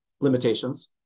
limitations